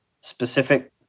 specific